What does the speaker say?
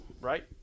Right